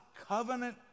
covenant